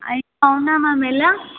అయ్యో అవునా మ్యామ్ ఎలా